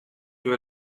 you